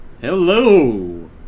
Hello